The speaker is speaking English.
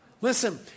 Listen